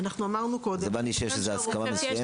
הבנתי שיש הסכמה מסוימת.